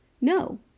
no